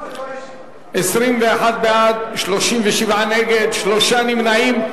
21 בעד, 37 נגד, שלושה נמנעים.